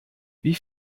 wie